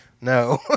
No